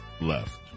left